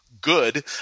good